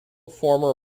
former